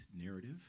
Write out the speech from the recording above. Narrative